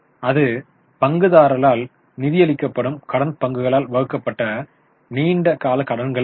இது பங்குதாரர்களால் நிதி அளிக்கப்படும் கடன் பங்குகளால் வகுக்கப்பட்ட நீண்ட கால கடன்கள் ஆகும்